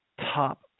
top